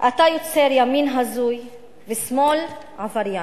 אתה יוצר ימין הזוי ושמאל עבריין.